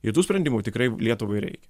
ir tų sprendimų tikrai lietuvai reikia